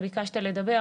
אתה ביקשת לדבר,